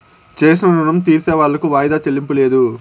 చేసిన రుణం తీర్సేవాళ్లకు వాయిదా చెల్లింపు లేదు